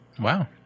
Wow